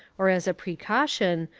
or as a precaution,